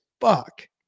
fuck